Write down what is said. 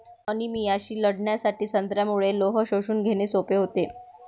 अनिमियाशी लढण्यासाठी संत्र्यामुळे लोह शोषून घेणे सोपे होते